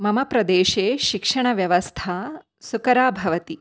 मम प्रदेशे शिक्षणव्यवस्था सुकरा भवति